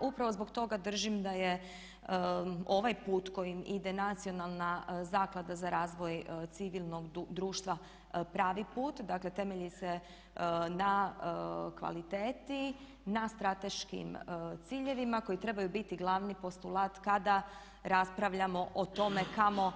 Upravo zbog toga držim da je ovaj put kojim ide Nacionalna zaklada za razvoj civilnog društva pravi put, dakle temelji se na kvaliteti, na strateškim ciljevima koji trebaju biti glavni postulat kada raspravljamo o tome kamo